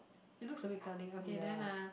it's look a bit curling okay then uh